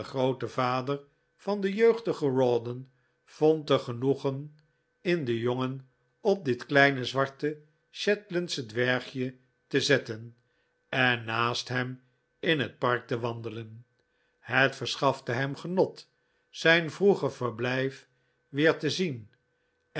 vader van den jeugdigen rawdon vond er genoegen in den jongen op dit kleine zwarte shetlandsche dwergje te zetten en naast hem in het park te wandelen het verschafte hem genot zijn vroeger verblijf weer te zien